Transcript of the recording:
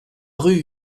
rue